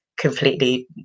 completely